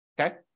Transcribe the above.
okay